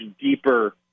deeper